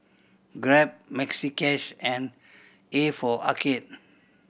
Grab Maxi Cash and A for Arcade